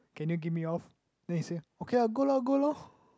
can you give me off then he say okay ah go lor go lor